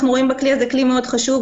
אנחנו רואים בכלי הזה כלי מאוד חשוב,